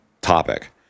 topic